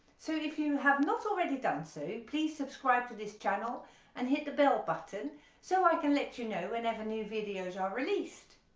so if you have not already done so please subscribe to this channel and hit the bell button so i can let you know whenever new videos are released.